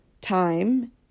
time